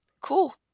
Cool